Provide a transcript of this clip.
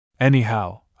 Anyhow